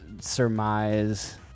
surmise